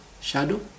shadow